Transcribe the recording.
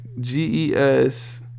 G-E-S